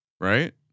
Right